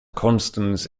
constance